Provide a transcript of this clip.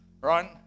right